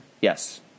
Yes